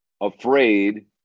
afraid